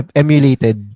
emulated